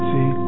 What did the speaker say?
See